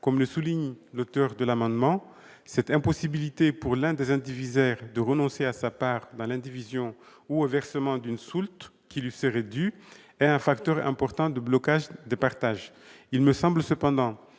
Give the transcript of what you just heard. comme le souligne l'auteur des amendements, cette impossibilité pour l'un des indivisaires de renoncer à sa part dans l'indivision ou au versement d'une soulte qui lui serait due est un facteur important de blocage du partage. Il me semble cependant